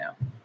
now